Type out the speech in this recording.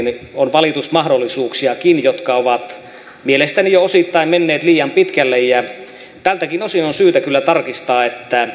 valitusmahdollisuuksiakin jotka ovat mielestäni jo osittain menneet liian pitkälle tältäkin osin on syytä kyllä tarkistaa